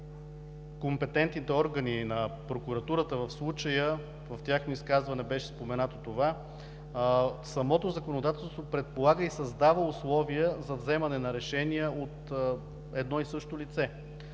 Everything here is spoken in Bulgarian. компетентните органи, и на Прокуратурата в случая – в тяхно изказване беше споменато това, самото законодателство предполага и създава условия за вземане на решения от едно и също лице.